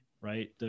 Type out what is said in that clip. right